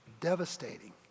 Devastating